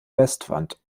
westwand